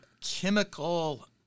chemical